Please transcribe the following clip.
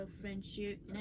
friendship